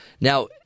Now